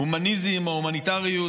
הומניזם או הומניטריות.